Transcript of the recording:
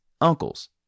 uncles